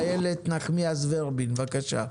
איילת נחמיאס ורבין, בבקשה.